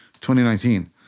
2019